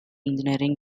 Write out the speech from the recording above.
engineering